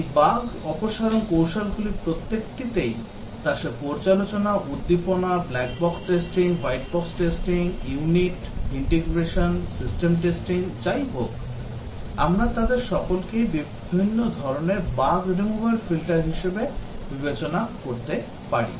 এই বাগ অপসারণ কৌশলগুলির প্রত্যেকটিকেই তা সে পর্যালোচনা উদ্দীপনা black box testing white box testing unit integration system testing যাই হোক আমরা তাদের সকলকেই বিভিন্ন ধরণের বাগ রিমুভাল ফিল্টার হিসাবে বিবেচনা করতে পারি